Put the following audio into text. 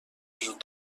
وجود